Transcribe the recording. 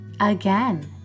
Again